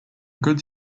goods